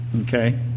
Okay